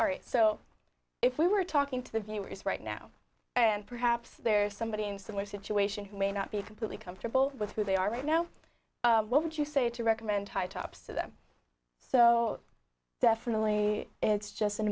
are so if we were talking to the viewers right now and perhaps there somebody in similar situation who may not be completely comfortable with who they are right now what would you say to recommend high tops of them so definitely it's just an